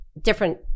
different